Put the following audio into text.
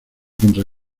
contra